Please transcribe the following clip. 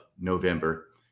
November